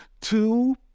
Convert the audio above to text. Two